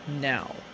now